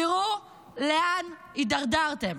תראו לאן הידרדרתם.